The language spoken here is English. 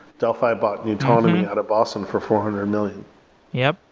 delphi bought nutonomy out of boston for four hundred million yeah